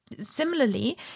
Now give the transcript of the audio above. similarly